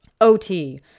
OT